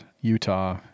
Utah